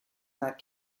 not